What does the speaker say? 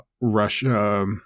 Russia